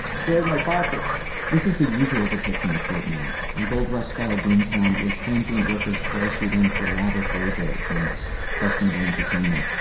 clear in my pocket this is the usual depiction of fort mac a gold rush-style boomtown where transient workers parachute in for lavish wages and questionable entertainment.